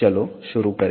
चलो शुरू करें